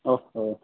ओहो